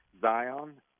Zion